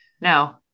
No